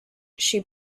she